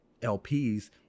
LPs